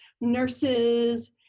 Nurses